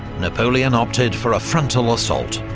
napoleon opted for a frontal assault.